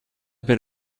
bit